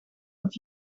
het